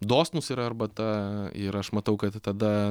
dosnūs yra arbata ir aš matau kad tada